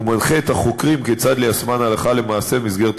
והוא מנחה את החוקרים כיצד ליישמן הלכה למעשה במסגרת עבודתם.